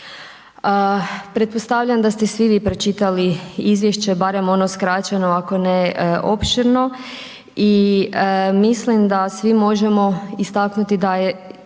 Pretpostavljam da ste svi vi pročitali izvješće barem ono skraćeno ako ne opširno i mislim da svi možemo istaknuti da je